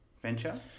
venture